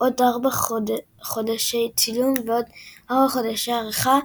עוד 4 חודשי צילום ועוד 4 חודשי עריכה,